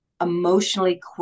emotionally